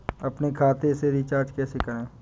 अपने खाते से रिचार्ज कैसे करें?